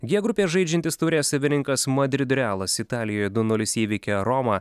gie grupės žaidžiantis taurės savininkas madrido realas italijoje du nulis įveikė romą